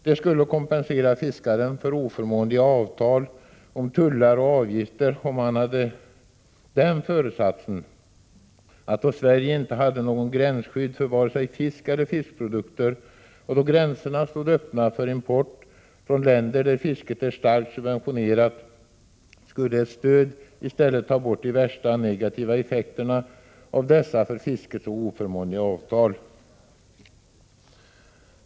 Det skulle kompensera fiskaren för oförmånliga avtal om tullar och avgifter, och man hade den föresatsen att — då Sverige inte hade något gränsskydd för vare sig fisk eller fiskeprodukter och då gränserna stod öppna för import från länder där fisket är starkt subventionerat — ett stöd skulle ta bort de värsta negativa effekterna av dessa för fisket så oförmånliga avtal.